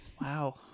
Wow